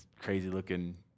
crazy-looking